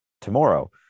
tomorrow